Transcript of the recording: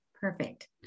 Perfect